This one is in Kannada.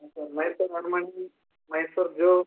ಸರ್ ಮೈಸೂರು ಅರ್ಮನೆ ಮೈಸೂರು ಜು